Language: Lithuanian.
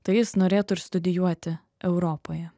tai jis norėtų ir studijuoti europoje